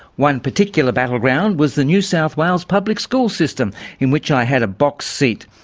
one particular battleground was the new south wales public school system in which i had a box seat.